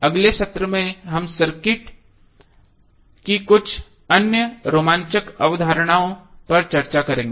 अगले सत्र में हम सर्किट की कुछ अन्य रोमांचक अवधारणाओं पर चर्चा करेंगे